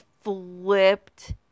flipped